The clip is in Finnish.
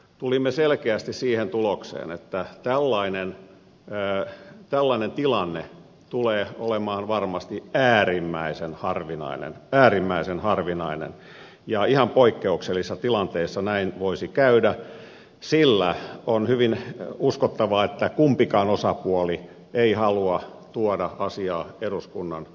tulimme selkeästi siihen tulokseen että tällainen tilanne tulee olemaan varmasti äärimmäisen harvinainen äärimmäisen harvinainen ja ihan poikkeuksellisessa tilanteessa näin voisi käydä sillä on hyvin uskottavaa että kumpikaan osapuoli ei halua tuoda asiaa eduskunnan ratkaistavaksi